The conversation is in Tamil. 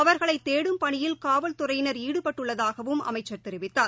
அவர்களைதேடும் பணியில் காவல்துறையினர் ஈடுபட்டுள்ளதாகவும் அமைச்சர் தெரிவித்தார்